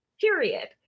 period